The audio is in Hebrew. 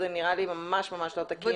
זה נראה לי ממש לא תקין.